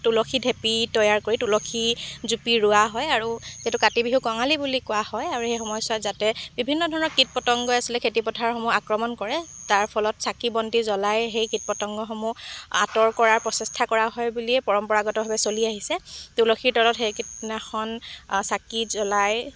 তুলসী ধেপি তৈয়াৰ কৰি তুলসী জুপি ৰোৱা হয় আৰু যিহেতু কাতি বিহুক কঙালি বিহু বুলি কোৱা হয় আৰু সেই সময়চোৱাত যাতে বিভিন্ন ধৰণৰ কীট পতংগই আচলতে খেতিপথাৰসমূহ আক্ৰমণ কৰে তাৰ ফলত চাকি বন্তি জ্বলাই সেই কীট পতংগসমূহ আঁতৰ কৰাৰ প্ৰচেষ্টা কৰা হয় বুলিয়ে পৰম্পৰাগতভাৱে চলি আহিছে তুলসীৰ তলত সেই কিদিনাখন চাকি জ্বলায়